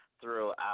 throughout